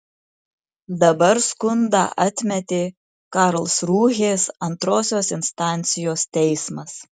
dabar skundą atmetė karlsrūhės antrosios instancijos teismas